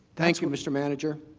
thanks to mr. manager